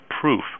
proof